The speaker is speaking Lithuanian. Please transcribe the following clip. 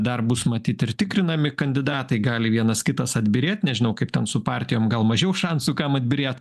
dar bus matyt ir tikrinami kandidatai gali vienas kitas atbyrėt nežinau kaip ten su partijom gal mažiau šansų kam atbyrėt